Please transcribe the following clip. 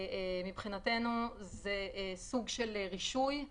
מבחינתנו זה סוג של רישוי,